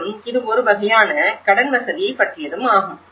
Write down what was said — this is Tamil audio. மேலும் இது ஒரு வகையான கடன் வசதியைப் பற்றியதுமாகும்